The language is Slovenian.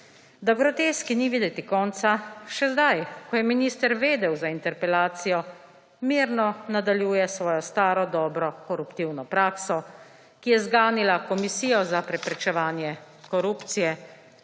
Da groteski ni videti konca, še zdaj, ko je minister vedel za interpelacijo, mirno nadaljuje svojo staro dobro koruptivno prakso, ki je zganila Komisijo za preprečevanje korupcije.